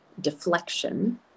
deflection